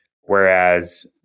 Whereas